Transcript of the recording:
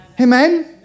Amen